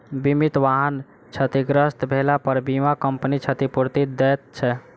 बीमित वाहन क्षतिग्रस्त भेलापर बीमा कम्पनी क्षतिपूर्ति दैत छै